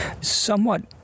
somewhat